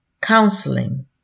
counseling